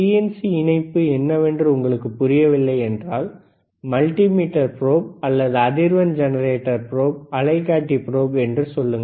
BNC இணைப்பு என்னவென்று உங்களுக்கு புரியவில்லை என்றால் மல்டிமீட்டர் ப்ரோப் அல்லது அதிர்வெண் ஜெனரேட்டர் ப்ரோப் அலைக்காட்டி ப்ரோப் என்று சொல்லுங்கள்